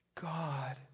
God